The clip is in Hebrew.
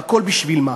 והכול בשביל מה?